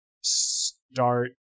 start